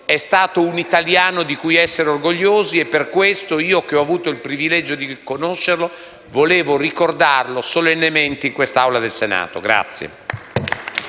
È stato un italiano di cui essere orgogliosi e per questo io, che ho avuto il privilegio di conoscerlo, volevo ricordarlo solennemente in questa Aula del Senato.